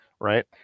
right